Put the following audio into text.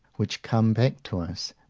which come back to us,